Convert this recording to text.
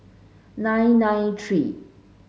nine nine three